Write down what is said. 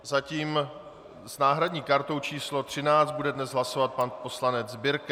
Zatím s náhradní kartou číslo 13 bude dnes hlasovat pan poslanec Birke.